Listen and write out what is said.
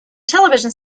television